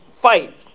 fight